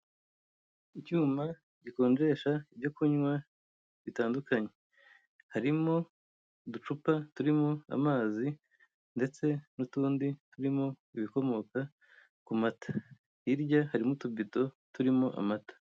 Icyuma gikonjesha ibyo kunywa bitandukanye harimo uducupa turimo amazi ndetse n'utundi turimo ibikomoka ku mata hirya harimo utubido turimo amata.